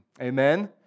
Amen